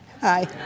Hi